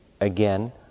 Again